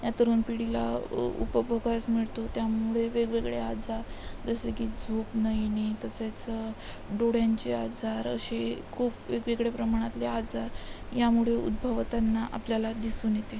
या तरुण पिढीला उ उपभोगायास मिळतो त्यामुळे वेगवेगळे आजार जसे की झोप नाही नाही तसेच डोळ्यांचे आजार असे खूप वेगवेगळ्या प्रमाणातले आजार यामुळे उद्भवताना आपल्याला दिसून येते